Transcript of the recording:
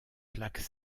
plaques